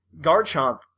Garchomp